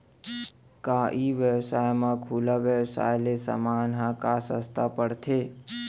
का ई व्यवसाय म खुला व्यवसाय ले समान ह का सस्ता पढ़थे?